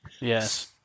Yes